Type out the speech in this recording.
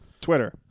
Twitter